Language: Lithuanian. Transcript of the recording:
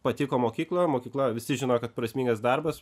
patiko mokykloj mokykla visi žino kad prasmingas darbas